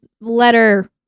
letter